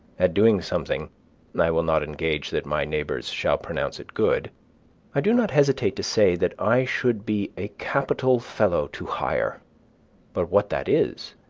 at doing something and i will not engage that my neighbors shall pronounce it good i do not hesitate to say that i should be a capital fellow to hire but what that is,